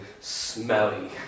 smelly